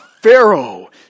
Pharaoh